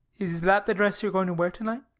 is that the dress you're going to wear tonight?